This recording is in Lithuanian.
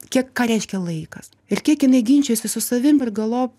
kiek ką reiškia laikas ir kiek jinai ginčijosi su savim ir galop